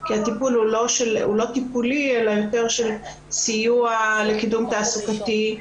כי הטיפול הוא לא טיפולי אלא יותר סיוע לקידום תעסוקתי,